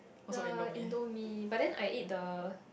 ya indomie but then I eat the